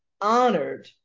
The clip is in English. honored